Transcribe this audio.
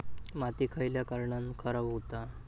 माती खयल्या कारणान खराब हुता?